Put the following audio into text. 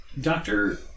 Doctor